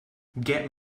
get